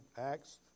Acts